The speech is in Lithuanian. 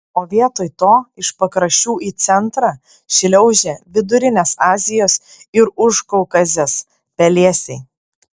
o vietoj to iš pakraščių į centrą šliaužia vidurinės azijos ir užkaukazės pelėsiai